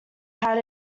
had